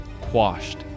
quashed